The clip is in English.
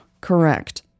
Correct